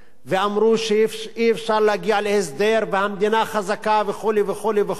ואמרו שאי-אפשר להגיע להסדר והמדינה חזקה וכו' וכו' וכו',